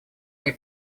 они